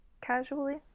casually